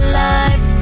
life